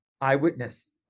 Eyewitness